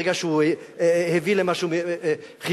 ברגע שהוא הביא למשהו חיובי,